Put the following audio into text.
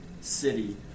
City